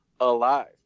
alive